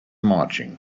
marching